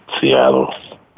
Seattle